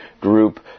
group